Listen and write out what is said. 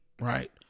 right